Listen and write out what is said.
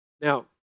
now